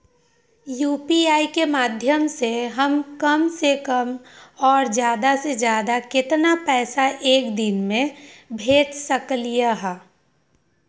UPI के माध्यम से हम कम से कम और ज्यादा से ज्यादा केतना पैसा एक दिन में भेज सकलियै ह?